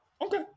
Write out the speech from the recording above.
Okay